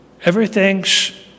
Everything's